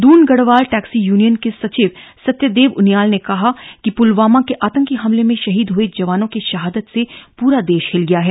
Doon Garhwal taxi union के सचिव सत्यदेव उनियाल ने कहा पुलवामा के आतंकी हमले में शहीद हुए जवानों के शहादत से पूरा देश हिल गया है